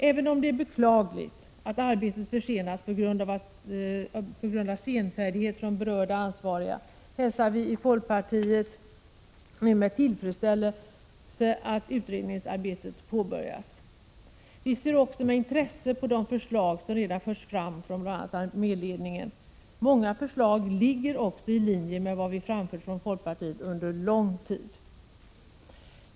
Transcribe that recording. Även om det är beklagligt att arbetet försenats på grund av senfärdighet från berörda ansvariga hälsar vi i folkpartiet nu med tillfredsställelse att utredningsarbetet påbörjats. Vi ser också med intresse på de förslag som redan förts fram från bl.a. arméledningen. Många förslag ligger också i linje med vad vi från folkpartiet under lång tid framfört.